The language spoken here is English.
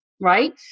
Right